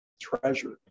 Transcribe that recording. treasured